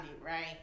right